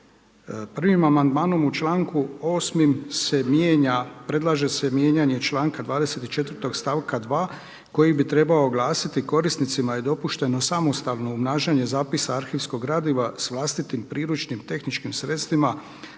Prvim amandmanom u članku 8. se mijenja, predlaže se mijenjanje članka 24. stavka 2. koji bi trebao glasiti: „Korisnicima je dopušteno samostalno umnažanje zapisa arhivskog gradiva sa vlastitim priručnim tehničkim sredstvima